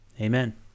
amen